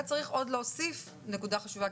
וצריך עוד להוסיף נקודה חשובה,